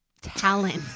talent